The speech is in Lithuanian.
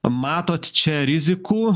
matot čia rizikų